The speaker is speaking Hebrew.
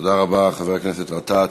תודה רבה, חבר הכנסת גטאס.